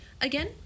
Again